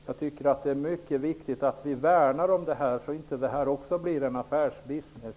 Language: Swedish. Jag tycker att det är mycket viktigt att vi värnar om detta, så att det inte blir en ''affärsbusiness''.